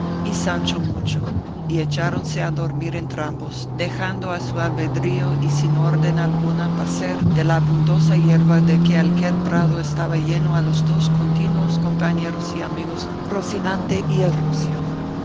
y sancho mucho y echáronse a dormir entrambos dejando a su albedrío y sin orden alguna pacer del abundosa yerba de que aquel prado estaba lleno a los dos continuos compañeros y amigos rocinante y el rucio